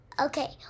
okay